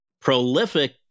prolific